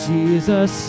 Jesus